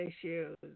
issues